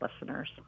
listeners